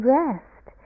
rest